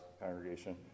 congregation